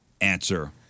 answer